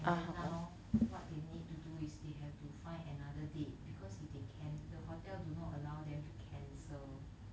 and then now what they need to do is they have to find another date because if they can the hotel do not allow them to cancel